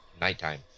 nighttime